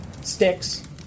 sticks